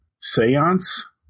Seance